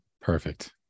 perfect